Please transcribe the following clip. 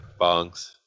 bongs